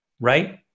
right